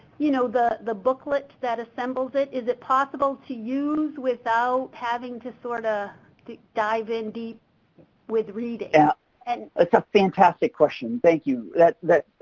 you know, the the booklet that assembles it. is it possible to use without having to sort ah of dive in deep with reading? yeah and that's a fantastic question. thank you. that that